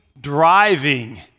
driving